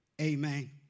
Amen